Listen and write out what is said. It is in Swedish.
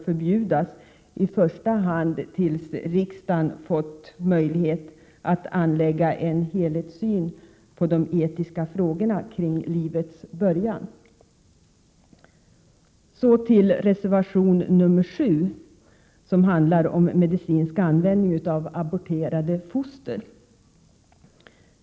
Detta bör i första hand gälla tills riksdagen fått möjlighet att anlägga en helhetssyn på de etiska frågorna kring livets början. Herr talman! Reservation 7 handlar om medicinsk användning av aborterade foster.